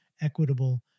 equitable